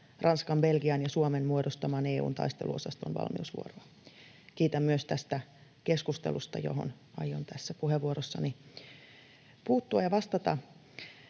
Ranskan, Belgian ja Suomen muodostaman EU:n taisteluosaston valmiusvuoroa. Kiitän myös tästä keskustelusta, johon aion tässä puheenvuorossani puuttua ja vastata.